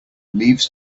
leaves